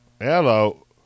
Hello